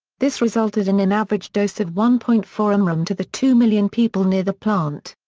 this resulted in an average dose of one point four mrem to the two million people near the plant.